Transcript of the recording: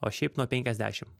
o šiaip nuo penkiasdešimt